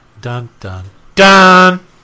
dun-dun-dun